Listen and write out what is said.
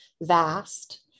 vast